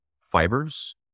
fibers